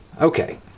Okay